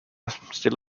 still